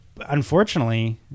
Unfortunately